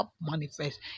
manifest